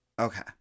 Okay